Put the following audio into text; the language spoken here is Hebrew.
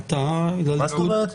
מה זאת אומרת?